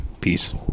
Peace